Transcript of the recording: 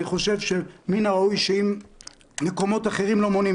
אני חושב שמן הראוי שאם מקומות אחרים לא מונעים